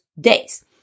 days